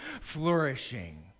flourishing